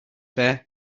fair